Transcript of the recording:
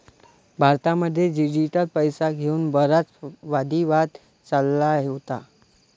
भारतामध्ये डिजिटल पैशाला घेऊन बराच वादी वाद चालला होता